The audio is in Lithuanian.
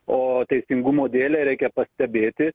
o teisingumo dėlei reikia pastebėti